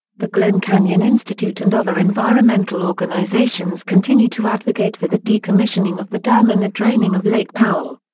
the glen canyon institute and other environmental organizations continue to advocate for the decommissioning of the dam and the draining of lake powell.